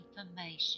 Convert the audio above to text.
information